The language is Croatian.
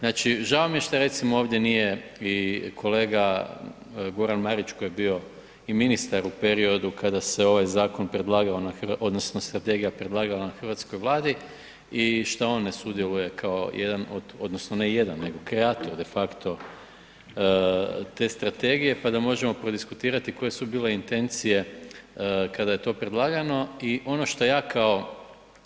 Znači, žao mi je što recimo ovdje nije i kolega Goran Marić koji je bio i ministar u periodu kada se ovaj zakon predlagao, odnosno strategija predlagala na hrvatskoj Vladi i što on ne sudjeluje kao jedan od odnosno ne jedan, nego kreator de facto te strategije pa da možemo prodiskutirati koje su bile intencije kada je to predlagano i ono što ja kao